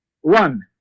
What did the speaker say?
One